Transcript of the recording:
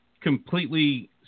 completely –